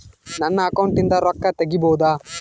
ನನ್ನ ಅಕೌಂಟಿಂದ ರೊಕ್ಕ ತಗಿಬಹುದಾ?